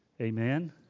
Amen